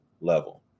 level